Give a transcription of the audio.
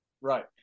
Right